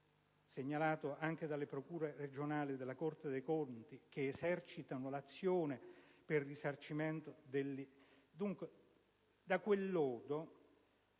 segnalato anche dalle procure regionali della Corte dei conti che esercitano l'azione per il risarcimento del danno, è scritto